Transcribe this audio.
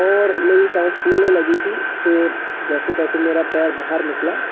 और मेरी साँस फूलने लगी थी फिर जैसे तैसे मेरा पैर बाहर निकला